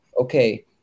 okay